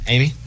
Amy